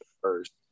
first